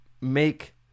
make